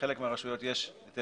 ובחלק מהרשויות יש שיטור